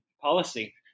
policy